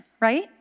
right